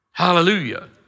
Hallelujah